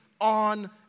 on